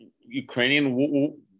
Ukrainian